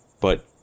but-